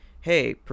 Hey